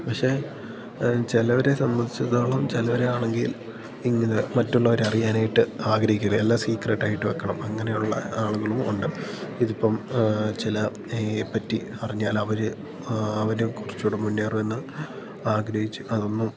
പക്ഷേ ചിലരെ സമ്പന്ധിച്ചിടത്തോളം ചിലരാണെങ്കിൽ ഇങ്ങനെ മറ്റുള്ളവർ അറിയാനായിട്ട് ആഗ്രഹിക്കില്ല എല്ലാ സീക്രട്ട് ആയിട്ട് വെക്കണം അങ്ങനെ ഉള്ള ആളുകളും ഉണ്ട് ഇതിപ്പം ചില ഏ ഐയെ പറ്റി അറിഞ്ഞാൽ അവർ അവരെ കുറച്ചുകൂടെ മുന്നേറുന്ന ആഗ്രഹിച്ച് അതൊന്നും